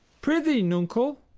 pr'ythee, nuncle,